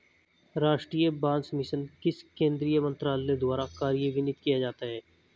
राष्ट्रीय बांस मिशन किस केंद्रीय मंत्रालय द्वारा कार्यान्वित किया जाता है?